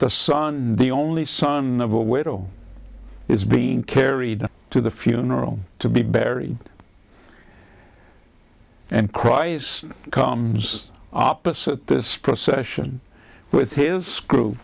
the sun the only son of a widow is being carried to the funeral to be buried and cries comes opposite this procession with his